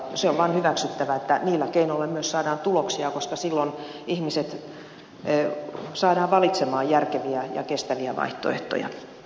se on vaan hyväksyttävä että niillä keinoilla myös saadaan tuloksia koska silloin ihmiset saadaan valitsemaan järkeviä ja kestäviä vaihtoehtoja